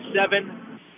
seven